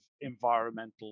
environmental